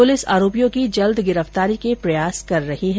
police आरोपियों की जल्द गिरफ्तारी के प्रयास कर रही है